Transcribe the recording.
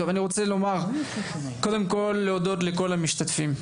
אני רוצה להודות לכל המשתתפים.